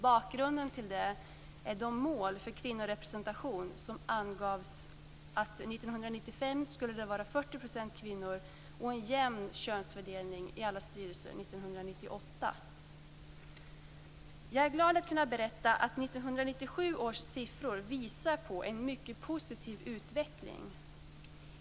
Bakgrunden till det är de mål för kvinnorepresentation som angavs. År 1995 skulle det vara 40 % kvinnor och år 1998 en jämn könsfördelning i alla styrelser. Jag är glad att kunna berätta att 1997 års siffror visar på en mycket positiv utveckling.